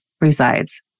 resides